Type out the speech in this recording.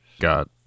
got